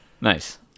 Nice